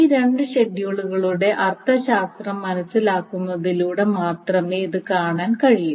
ഈ രണ്ട് ഷെഡ്യൂളുകളുടെ അർത്ഥശാസ്ത്രം മനസ്സിലാക്കുന്നതിലൂടെ മാത്രമേ ഇത് കാണാൻ കഴിയൂ